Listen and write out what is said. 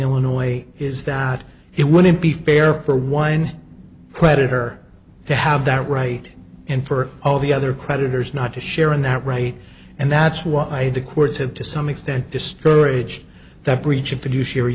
illinois is that it wouldn't be fair for one creditor to have that right and for all the other creditors not to share in that right and that's why the courts have to some extent discourage that breach of produce